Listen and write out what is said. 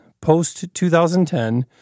Post-2010